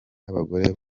abagore